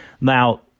Now